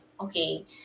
Okay